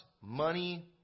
money